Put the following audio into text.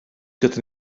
gyda